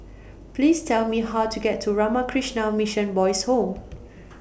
Please Tell Me How to get to Ramakrishna Mission Boys' Home